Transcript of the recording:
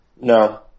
no